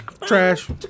Trash